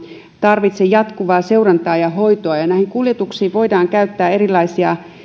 tarvitse jatkuvaa seurantaa ja hoitoa ja näihin kuljetuksiin voidaan käyttää erilaisia